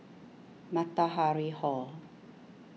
Matahari Hall